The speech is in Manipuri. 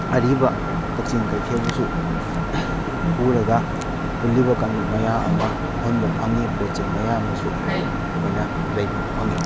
ꯑꯔꯤꯕ ꯀꯛꯆꯤꯡ ꯀꯩꯊꯦꯜꯕꯨꯁꯨ ꯄꯨꯔꯒ ꯄꯨꯜꯂꯤꯕ ꯀꯥꯡꯂꯨꯞ ꯃꯌꯥꯝ ꯑꯃ ꯎꯍꯟꯕ ꯐꯪꯉꯤ ꯄꯣꯠ ꯆꯩ ꯃꯌꯥꯝ ꯑꯃꯁꯨ ꯑꯩꯈꯣꯏꯅ ꯂꯩꯕ ꯐꯪꯉꯤ